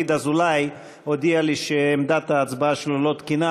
אזולאי הודיע לי שעמדת ההצבעה שלו לא תקינה,